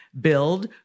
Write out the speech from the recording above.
Build